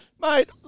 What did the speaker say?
Mate